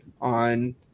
on